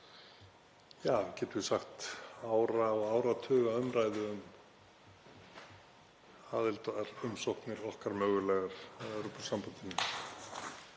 og, getum við sagt, ára og áratuga umræðu um aðildarumsóknir okkar mögulegar að Evrópusambandinu.